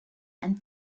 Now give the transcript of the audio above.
and